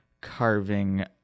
carving